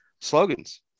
slogans